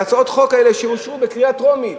על הצעות החוק האלה שאושרו בקריאה טרומית.